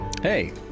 Hey